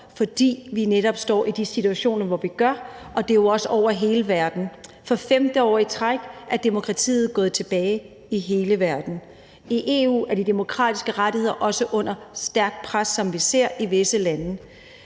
fordi vi netop står i de situationer, hvor vi gør, og det er jo også over hele verden: For femte år i træk er demokratiet gået tilbage i hele verden. I EU er de demokratiske rettigheder også under stærkt pres, som vi ser det i visse lande.